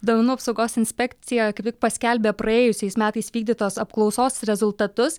duomenų apsaugos inspekcija kvik paskelbė praėjusiais metais vykdytos apklausos rezultatus